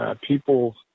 people